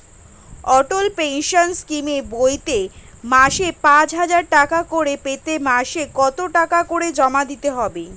অটল pension স্কিমের বইতে মাসে পাঁচ হাজার টাকা করে পেতে মাসে কত টাকা করে জমা দিতে হবে?